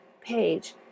page